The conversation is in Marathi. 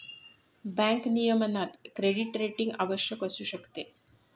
बँक नियमनात क्रेडिट रेटिंग आवश्यक असू शकते